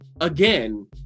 Again